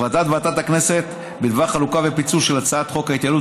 החלטת ועדת הכנסת בדבר חלוקה ופיצול של הצעת חוק ההתייעלות